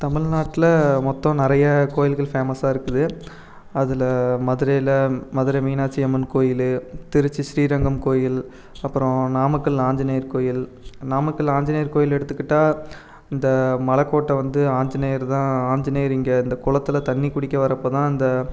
தமிழ்நாட்டில் மொத்தம் நிறைய கோயில்கள் ஃபேமஸாக இருக்குது அதில் மதுரையில் மதுரை மீனாட்சி அம்மன் கோயில் திருச்சி ஸ்ரீரங்கம் கோயில் அப்புறம் நாமக்கல் ஆஞ்சநேயர் கோயில் நாமக்கல் ஆஞ்சநேயர் கோயில் எடுத்துக்கிட்டால் இந்த மலைக்கோட்டை வந்து ஆஞ்சநேயர் தான் ஆஞ்சநேயர் இங்கே இந்த குளத்துல தண்ணி குடிக்க வரப்ப தான் அந்த